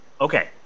Okay